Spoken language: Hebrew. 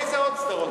איזה עוד סדרות?